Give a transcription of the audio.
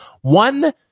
one